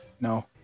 No